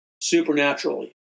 supernaturally